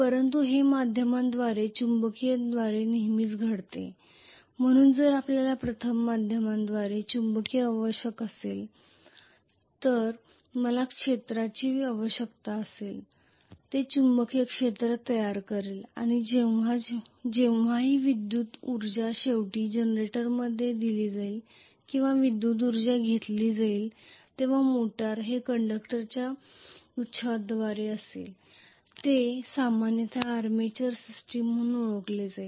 परंतु हे माध्यमांद्वारे चुंबकीयद्वारे नेहमीच घडते म्हणून जर आपल्याला प्रथम माध्यमांद्वारे चुंबकीय आवश्यक असेल तर मला क्षेत्राची आवश्यकता असेल जे चुंबकीय क्षेत्र तयार करेल आणि जेव्हांही विद्युत उर्जा शेवटी जनरेटरमध्ये दिली जाईल किंवा विद्युत ऊर्जा घेतली जाईल तेव्हा मोटर हे कंडक्टरच्या गुच्छांद्वारे असेल जे सामान्यत आर्मेचर सिस्टम म्हणून ओळखले जाते